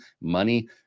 money